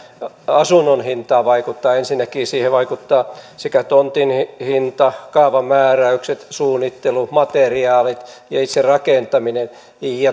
asunnon hintaan vaikuttavat ensinnäkin sekä tontin hinta kaavamääräykset suunnittelu materiaalit että itse rakentaminen